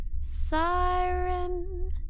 Siren